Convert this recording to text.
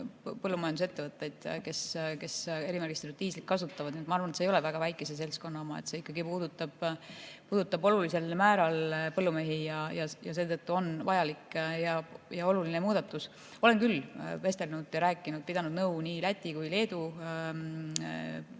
põllumajandusettevõtteid, kes erimärgistatud diislit kasutavad. Nii et ma arvan, et see ei ole väga väikese seltskonna oma. See puudutab olulisel määral põllumehi ja seetõttu on vajalik ja oluline muudatus. Olen küll vestelnud ja rääkinud, pidanud nõu nii Läti kui Leedu